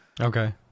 Okay